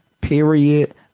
Period